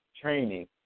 training